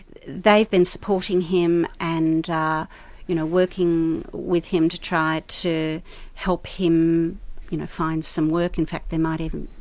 they've been supporting him and you know working with him to try to help him you know find some work, in fact they might even,